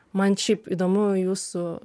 man šiaip įdomu jūsų